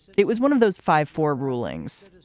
it was one of those five four rulings.